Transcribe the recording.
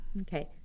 Okay